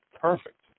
perfect